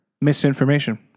Misinformation